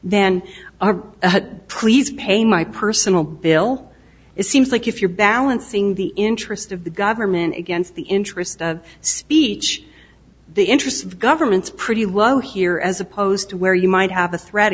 then praise pay my personal bill it seems like if you're balancing the interest of the government against the interest of speech the interests of governments pretty low here as opposed to where you might have a threat